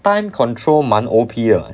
time control 蛮 O_P 的